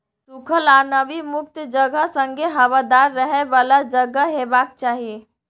सुखल आ नमी मुक्त जगह संगे हबादार रहय बला जगह हेबाक चाही